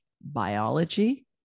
biology